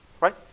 Right